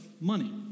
money